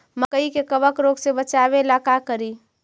मकई के कबक रोग से बचाबे ला का करि?